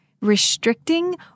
restricting